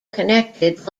connected